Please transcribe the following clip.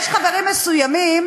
יש חברים מסוימים